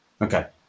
Okay